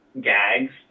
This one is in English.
gags